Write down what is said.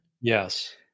yes